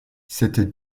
cette